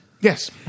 Yes